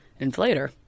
Inflator